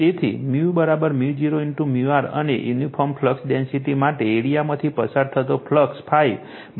તેથી 𝜇 𝜇0 𝜇r અને uniform flux density માટે એરિઆમાંથી પસાર થતો ફ્લક્સ ∅ B A છે